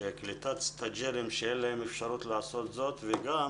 קליטת מתמחים שאין להם אפשרות לעשות זאת וגם